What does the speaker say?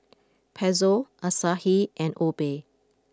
Pezzo Asahi and Obey